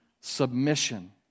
submission